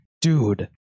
Dude